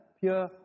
pure